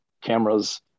cameras